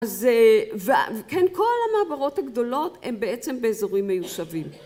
אז כן, כל המעברות הגדולות הן בעצם באזורים מיושבים.